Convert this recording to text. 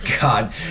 God